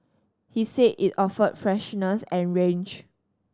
he said it offered freshness and range